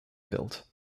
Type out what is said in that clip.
built